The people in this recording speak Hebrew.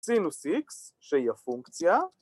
‫סינוס x, שהיא הפונקציה.